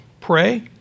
pray